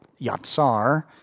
Yatsar